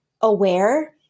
aware